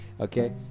Okay